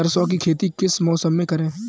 सरसों की खेती किस मौसम में करें?